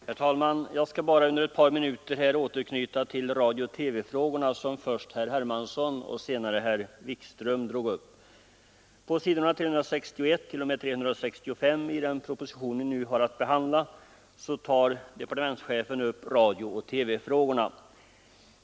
Herr talman! Jag skall bara under ett par minuter återknyta till radiooch TV-frågorna, som först herr Hermansson och senare herr Wikström tog upp. På s. 361-365 i den proposition vi nu har att behandla tar departementschefen upp radiooch TV-frågorna.